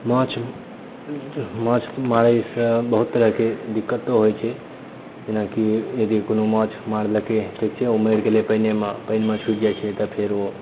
माँछ माँछ मारय सऽ बहुत तरहके दिक्कतो होइ छै जेनाकी यदि कोनो माँछ मारलकै ठीक छै ओ मरि गेलै पानि मे पानि मे छुटि जाइ छै तऽ फेर ओ